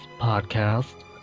podcast